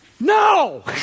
No